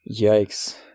Yikes